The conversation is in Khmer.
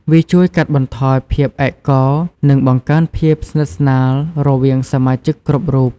វាជួយកាត់បន្ថយភាពឯកោ និងបង្កើនភាពស្និទ្ធស្នាលរវាងសមាជិកគ្រប់រូប។